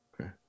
Okay